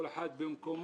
כל אחד במקומו,